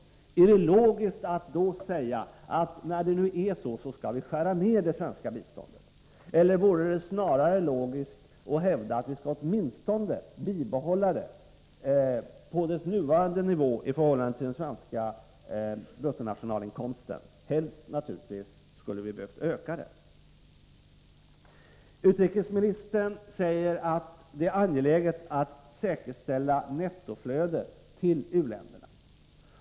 Är det logiskt att säga att när det nu är så, skall vi skära ner det svenska biståndet, eller vore det snarare logiskt att hävda att vi åtminstone skall bibehålla det på dess nuvarande nivå i förhållande till den svenska bruttonationalinkomsten? Helst skulle vi naturligtvis öka det. Utrikesministern säger att det är angeläget att säkerställa nettoflödet till u-länderna.